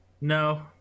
No